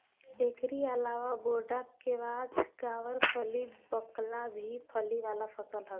एकरी अलावा बोड़ा, केवाछ, गावरफली, बकला भी फली वाला फसल हवे